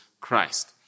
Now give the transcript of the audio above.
Christ